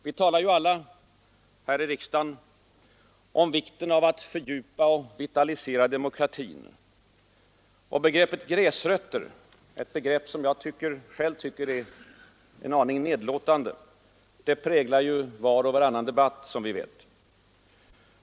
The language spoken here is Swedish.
Vi talar alla här i riksdagen om vikten av att fördjupa och vitalisera demokratin. Begreppet gräsrötter — ett begrepp som jag själv tycker är en aning nedlåtande — präglar var och varannan debatt, som vi vet.